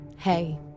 Hey